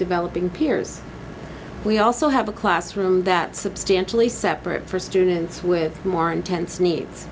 developing peers we also have a classroom that substantially separate for students with more intense needs